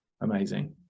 amazing